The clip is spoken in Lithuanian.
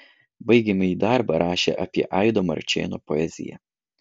baigiamąjį darbą rašė apie aido marčėno poeziją